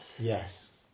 Yes